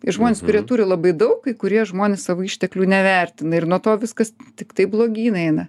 ir žmonės kurie turi labai daug kai kurie žmonės savo išteklių nevertina ir nuo to viskas tiktai blogyn eina